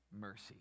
mercy